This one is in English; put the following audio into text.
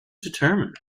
determined